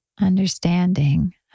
understanding